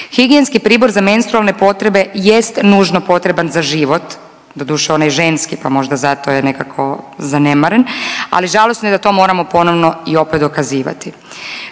Higijenski pribor za menstrualne potrebe jest nužno potreban za život, doduše onaj ženski pa možda je nekako zato zanemaren, ali žalosno je da to moramo ponovno i opet dokazivati,